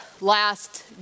last